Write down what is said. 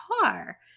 car